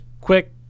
quick